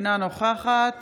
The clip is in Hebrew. אינה נוכחת